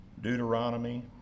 Deuteronomy